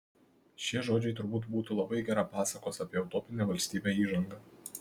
šie žodžiai turbūt būtų labai gera pasakos apie utopinę valstybę įžanga